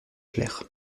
clair